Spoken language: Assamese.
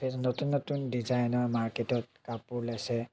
এতিয়া নতুন নতুন ডিজাইনৰ মাৰ্কেটত কাপোৰ ওলাইছে